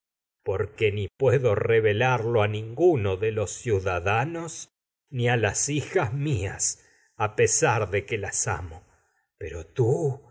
solo ni puedo re velarlo ninguno de los ciudadanos ni que las hijas mías a pesar de las al amo pero de tú